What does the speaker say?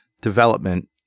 development